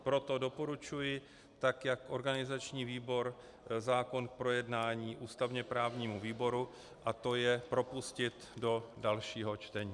Proto doporučuji tak jak organizační výbor zákon k projednání ústavněprávnímu výboru, a to je propustit do dalšího čtení.